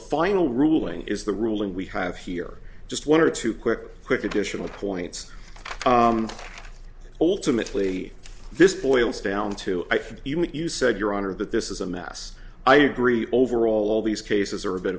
final ruling is the ruling we have here just one or two quick quick additional points ultimately this boils down to even you said your honor that this is a mess i agree overall all these cases are a bit